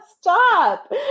stop